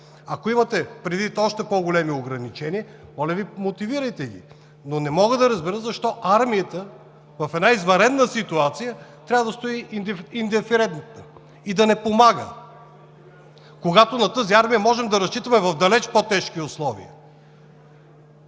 Ако имате предвид още по-големи ограничения, моля Ви, мотивирайте ги, но не мога да разбера защо армията в една извънредна ситуация трябва да стои индиферентно и да не помага, когато на тази армия можем да разчитаме в далеч по-тежки условия?